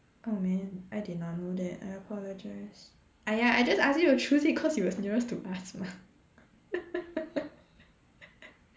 oh man I did not know that I apologise !aiya! I just ask you to choose it cause it was nearest to us mah